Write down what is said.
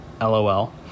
LOL